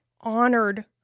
honored